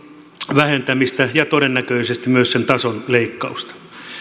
vähentämistä ja todennäköisesti myös sen tason leikkausta